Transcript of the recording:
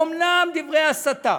אומנם דברי הסתה,